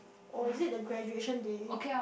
or is it the graduation day